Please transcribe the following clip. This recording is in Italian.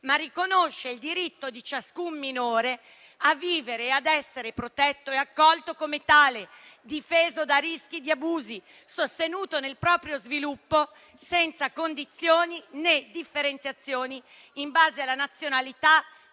ma riconosce il diritto di ciascun minore a vivere e ad essere protetto e accolto come tale, difeso da rischi di abusi, sostenuto nel proprio sviluppo, senza condizioni né differenziazioni in base alla nazionalità,